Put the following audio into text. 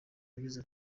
yagize